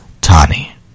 tani